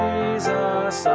Jesus